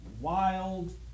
wild